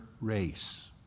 race